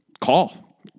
Call